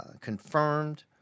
confirmed